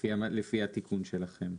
לפי התיקון שלכם.